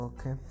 Okay